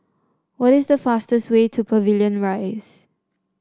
what is the fastest way to Pavilion Rise